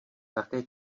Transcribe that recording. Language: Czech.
také